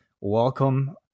welcome